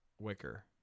Wicker